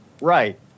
Right